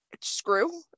Screw